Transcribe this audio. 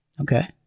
Okay